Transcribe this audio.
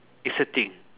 it's a thing